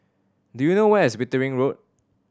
do you know where is Wittering Road